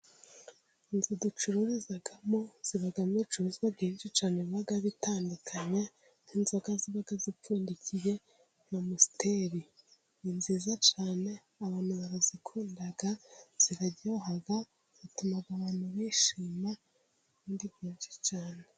Inzu ducururizamo zibamo ibicuruzwa byinshi cyane biba bitandukanye n'inzoka ziba zipfundikiye. Nka Amusteri ni nziza cyane, abantu bazikunda ziraryoha, zituma abantu bishima benshi cyane.